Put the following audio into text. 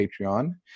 Patreon